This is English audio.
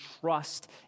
trust